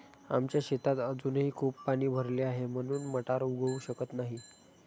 आमच्या शेतात अजूनही खूप पाणी भरले आहे, म्हणून मटार उगवू शकत नाही